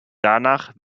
danach